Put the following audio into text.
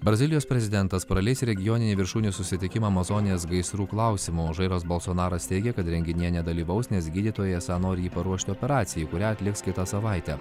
brazilijos prezidentas praleis regioninį viršūnių susitikimą amazonės gaisrų klausimu žairas bolsonaras teigia kad renginyje nedalyvaus nes gydytojai esą nori jį paruošti operacijai kurią atliks kitą savaitę